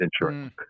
insurance